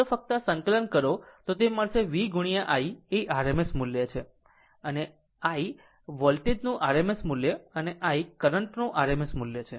જો ફક્ત આ સંકલન કરો તો તે મળશે V Iએ RMS મૂલ્ય છે અને i વોલ્ટેજ નું RMS મૂલ્ય અને i કરંટ નું RMS મૂલ્ય છે